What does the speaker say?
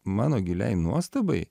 mano giliai nuostabai